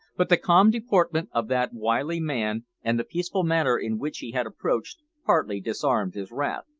but the calm deportment of that wily man, and the peaceful manner in which he had approached, partly disarmed his wrath.